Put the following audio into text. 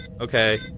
Okay